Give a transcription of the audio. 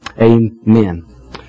amen